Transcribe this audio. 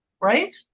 Right